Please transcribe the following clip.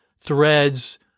Threads